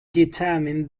determine